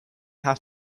have